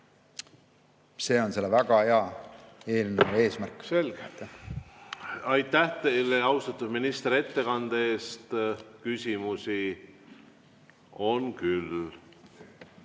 See on selle väga hea eelnõu eesmärk. Aitäh teile, austatud minister, ettekande eest! Küsimusi on küll.